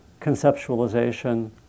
conceptualization